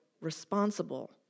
responsible